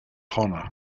honor